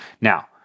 Now